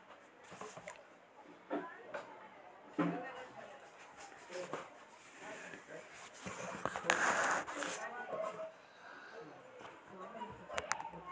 खेत मे पानी रुकला से कुछ फसल बर्बाद होय जाय छै